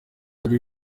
dore